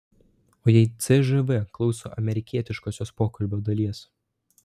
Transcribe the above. o jei cžv klauso amerikietiškosios pokalbio dalies